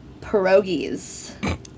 pierogies